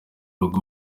rugo